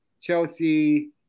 Chelsea